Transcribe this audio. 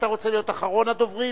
אתה רוצה להיות אחרון הדוברים,